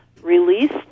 released